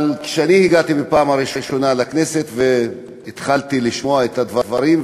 אבל כשאני הגעתי בפעם הראשונה לכנסת והתחלתי לשמוע את הדברים,